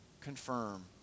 confirm